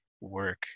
work